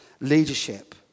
leadership